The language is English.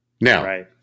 Now